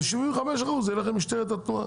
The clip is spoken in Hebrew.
ו-75% ילך למשטרת התנועה.